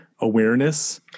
awareness